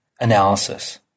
analysis